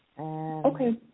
Okay